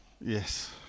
Yes